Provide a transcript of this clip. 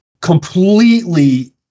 completely